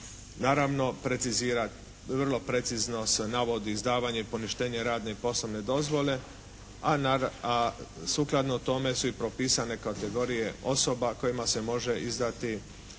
Naravno precizirati, vrlo precizno se navodi izdavanje i poništenje radne i poslovne dozvole, a sukladno tome su i propisane kategorije osoba kojima se može izdati poslovna